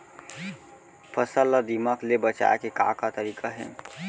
फसल ला दीमक ले बचाये के का का तरीका हे?